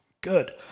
good